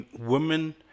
women